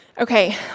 Okay